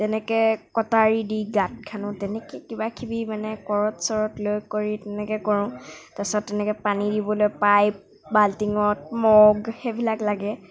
তেনেকৈ কটাৰীৰে গাঁত খান্দোঁ তেনেকে কিবাকিবি মানে কৰত চৰত লৈ কৰি তেনেকে কৰোঁ তাৰ পিছত এনেকে পানী দিবলৈ পাইপ বাল্টিঙত মগ সেইবিলাক লাগে